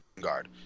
guard